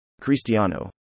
Cristiano